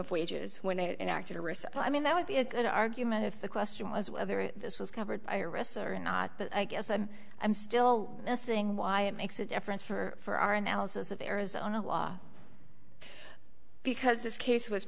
of wages when they acted a recital i mean that would be a good argument if the question was whether this was covered by arrests or not but i guess i'm i'm still missing why it makes a difference for our analysis of the arizona law because this case was